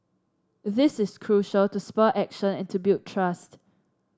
this is crucial to spur action and to build trust